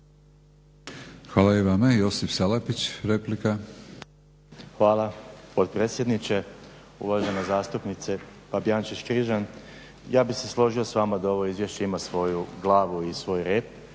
**Salapić, Josip (HDSSB)** Hvala potpredsjedniče, uvažena zastupnice Fabijančić-Križan ja bih se složi sa vama da ovo izvješće ima svoju glavu i svoj rep.